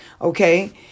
Okay